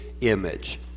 image